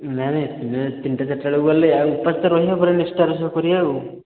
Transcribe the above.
ନାଇଁ ନାଇଁ ତିନିଟା ଚାରିଟା ବେଳକୁ ଗଲେ ଆଉ ଉପାସ ତ ରହିବା ପୁରା ନିଷ୍ଠାର ସହ କରିବା ଆଉ